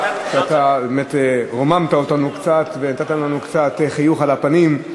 אתה באמת רוממת אותנו קצת ונתת לנו קצת חיוך על הפנים.